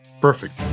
perfect